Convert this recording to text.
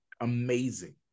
amazing